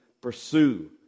pursue